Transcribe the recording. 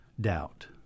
doubt